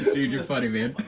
dude, you're funny man.